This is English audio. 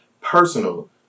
personal